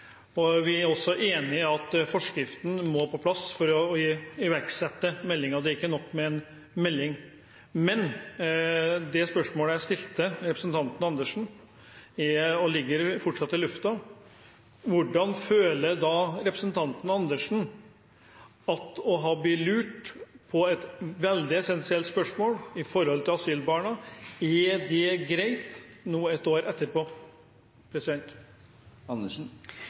bra. Vi er også enige i at forskriften må på plass for å kunne følge opp meldingen. Det er ikke nok med en melding. Men jeg stilte representanten Andersen et spørsmål, hvor svaret fortsatt henger i lufta: Hvordan føler representanten Andersen det er å ha blitt lurt i et veldig essensielt spørsmål som gjelder asylbarna? Er det greit nå, ett år etterpå?